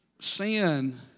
Sin